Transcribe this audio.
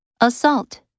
Assault